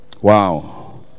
Wow